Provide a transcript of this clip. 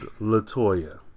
Latoya